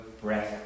breath